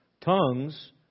tongues